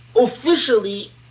officially